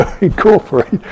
incorporate